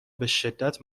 بشدت